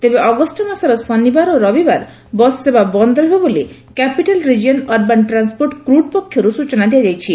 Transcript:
ତେବେ ଅଗଷ୍ ମାସର ଶନିବାର ଓ ରବିବାର ବସ୍ ସେବା ବନ୍ଦ ରହିବ ବୋଲି capital region urban transport CRUT ପକ୍ଷରୁ ସ୍ଚନା ଦିଆଯାଇଛି